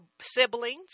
siblings